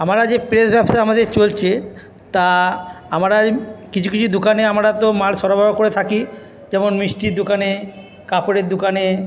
আমরা যে প্রেস ব্যবসা আমাদের চলছে তা আমরাই কিছু কিছু দোকানে আমরা তো মাল সরবরাহ করে থাকি যেমন মিষ্টির দোকানে কাপড়ের দোকানে